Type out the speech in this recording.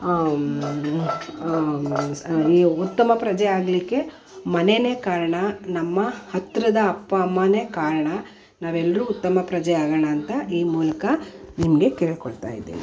ಈ ಉತ್ತಮ ಪ್ರಜೆ ಆಗಲಿಕ್ಕೆ ಮನೆನೇ ಕಾರಣ ನಮ್ಮ ಹತ್ತಿರದ ಅಪ್ಪ ಅಮ್ಮನೇ ಕಾರಣ ನಾವೆಲ್ಲರೂ ಉತ್ತಮ ಪ್ರಜೆ ಆಗೋಣ ಅಂತ ಈ ಮೂಲಕ ನಿಮಗೆ ಕೇಳ್ಕೊಳ್ತಾಯಿದ್ದೀನಿ